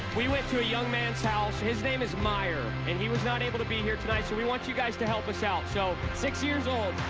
we went to a young man's house. his name is meyer, and he was not able to be here tonight, so we want you guys to help us out. so, six years old.